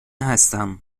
هستم